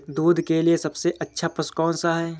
दूध के लिए सबसे अच्छा पशु कौनसा है?